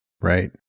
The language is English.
Right